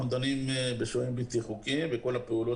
אנחנו דנים בשוהים בלתי חוקיים וכל הפעולות